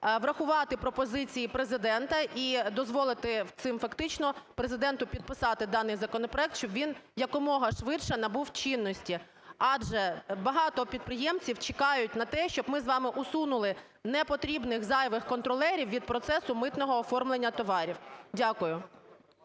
врахувати пропозиції Президента. І дозволити цим фактично Президенту підписати даний законопроект, щоб він якомога швидше набув чинності. Адже багато підприємців чекають на те, щоб ми з вами усунули непотрібних, зайвих контролерів від процесу митного оформлення товарів. Дякую.